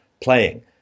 playing